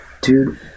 Dude